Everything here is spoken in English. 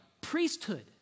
priesthood